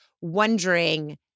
wondering